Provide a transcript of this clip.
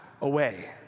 away